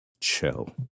chill